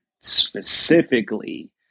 specifically